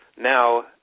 Now